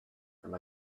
from